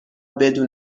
بدون